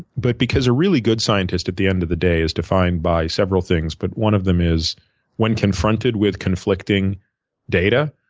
but because a really good scientist at the end of the day is defined by several things. but one of them is when confronted with conflicting data,